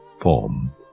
form